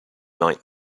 night